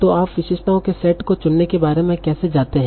तो आप विशेषताएं के सेट को चुनने के बारे में कैसे जाते हैं